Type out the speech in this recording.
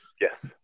Yes